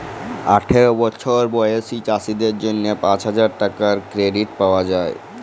আঠার বসর বয়েসী চাষীদের জ্যনহে পাঁচ হাজার টাকার কেরডিট পাউয়া যায়